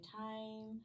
time